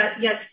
Yes